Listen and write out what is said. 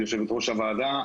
יושבת-ראש הוועדה,